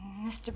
Mr